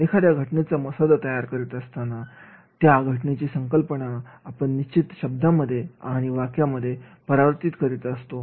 एखाद्या घटनेचा मसुदा तयार करीत असतो त्या वेळेस घटनेची संकल्पना आपण निश्चित शब्दामध्ये आणि वाक्यामध्ये परावर्तीत करीत असतो